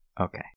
Okay